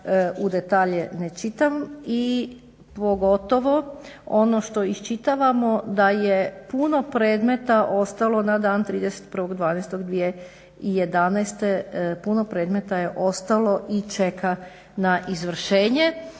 u detalje ne čitam i pogotovo ono što iščitavamo da je puno predmeta ostalo na dan 31.12.2011., puno predmeta je ostalo i čeka na izvršenje